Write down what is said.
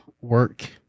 work